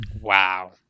wow